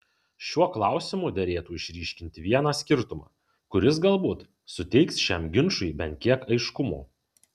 šiuo klausimu derėtų išryškinti vieną skirtumą kuris galbūt suteiks šiam ginčui bent kiek aiškumo